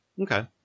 Okay